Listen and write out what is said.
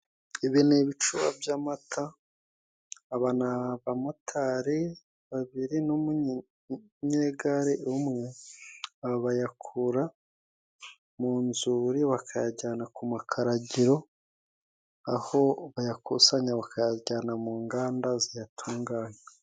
Ibi ni ibicuba by'amata aba n'abamotari babiri, n'umunyegare umwe bayakura mu nzuri bakayajyana ku makaragiro, aho bayakusanya bakayajyana mu nganda ziyatunganya.